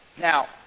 Now